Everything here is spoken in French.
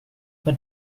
pas